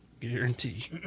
Guarantee